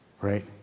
right